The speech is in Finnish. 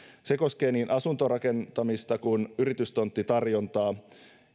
se koskee niin asuntorakentamista kuin yritystonttitarjontaa